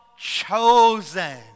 chosen